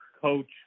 coach